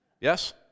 yes